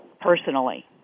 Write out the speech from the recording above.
personally